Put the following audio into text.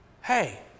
hey